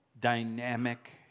dynamic